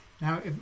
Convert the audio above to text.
Now